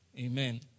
Amen